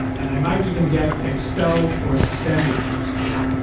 and i might even get expelled or suspended from school.